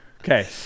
Okay